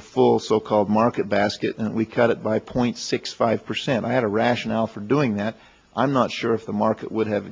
full so called market basket and we cut it by point six five percent i had a rationale for doing that i'm not sure if the market would have